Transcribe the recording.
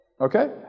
Okay